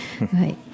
right